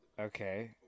Okay